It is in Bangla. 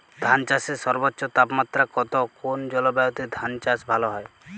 ধান চাষে সর্বোচ্চ তাপমাত্রা কত কোন জলবায়ুতে ধান চাষ ভালো হয়?